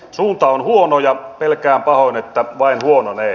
suunta on huono ja pelkään pahoin että se vain huononee